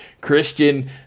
Christian